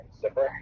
zipper